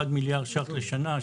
1 מיליארד שקלים לשנה,